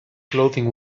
clothing